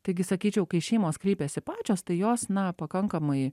taigi sakyčiau kai šeimos kreipiasi pačios tai jos na pakankamai